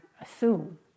assume